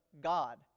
God